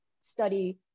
study